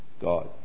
God